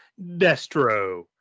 Destro